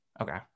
Okay